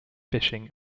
fishing